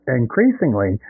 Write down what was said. increasingly